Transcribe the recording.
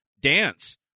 dance